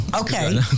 Okay